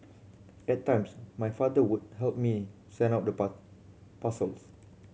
at times my father would help me send out the parcels